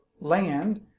land